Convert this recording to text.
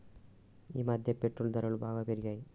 ఈమధ్య పెట్రోల్ ధరలు బాగా పెరిగాయి